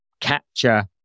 capture